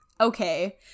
okay